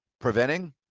preventing